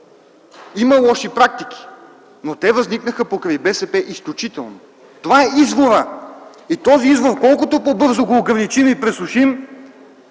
има лоши практики, но те възникнаха изключително покрай БСП. Това е изворът. И този извор колкото по-бързо го ограничим и пресушим,